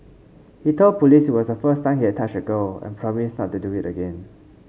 he told police it was the first time he had touched a girl and promised not to do it again